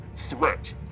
threat